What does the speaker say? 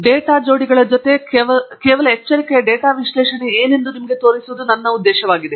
data ಜೋಡಿಗಳ ಜೊತೆ ಕೇವಲ ಎಚ್ಚರಿಕೆಯ ಡೇಟಾ ವಿಶ್ಲೇಷಣೆ ಏನೆಂದು ನಿಮಗೆ ತೋರಿಸುವುದು ಉದ್ದೇಶವಾಗಿದೆ